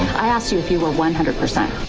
i asked you if you were one hundred percent